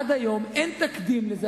עד היום אין תקדים לזה,